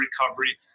recovery